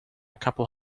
couple